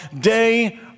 day